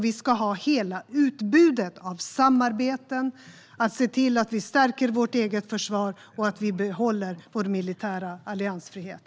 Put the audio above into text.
Vi ska ha hela utbudet av samarbeten och se till att stärka vårt eget försvar och behålla vår militära alliansfrihet.